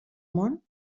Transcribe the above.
món